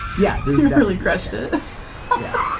yeah. this was really crushed. ah yeah.